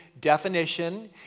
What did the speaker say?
definition